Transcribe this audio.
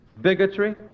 bigotry